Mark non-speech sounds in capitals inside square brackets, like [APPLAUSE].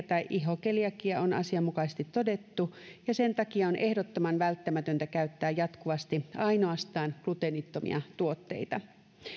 [UNINTELLIGIBLE] tai ihokeliakia on asianmukaisesti todettu ja sen takia on ehdottoman välttämätöntä käyttää jatkuvasti ainoastaan gluteenittomia tuotteita